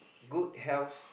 good health